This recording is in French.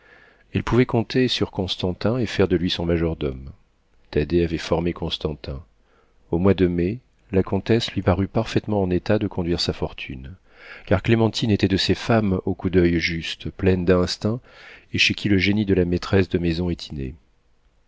elle pouvait compter sur constantin et faire de lui son majordome thaddée avait formé constantin au mois de mai la comtesse lui parut parfaitement en état de conduire sa fortune car clémentine était de ces femmes au coup d'oeil juste plein d'instinct et chez qui le génie de la maîtresse de maison est